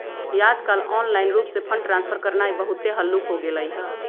याजकाल ऑनलाइन रूप से फंड ट्रांसफर करनाइ बहुते हल्लुक् हो गेलइ ह